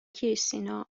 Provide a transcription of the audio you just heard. کریستینا